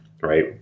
Right